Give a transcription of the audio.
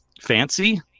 fancy